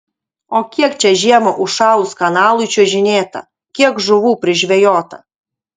o kiek čia žiemą užšalus kanalui čiuožinėta kiek žuvų prižvejota